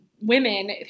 women